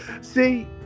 See